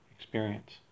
experience